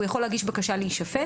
והוא יכול להגיש בקשה להישפט.